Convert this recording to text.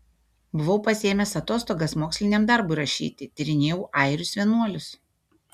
buvau pasiėmęs atostogas moksliniam darbui rašyti tyrinėjau airius vienuolius